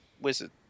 wizard